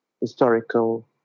historical